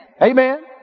Amen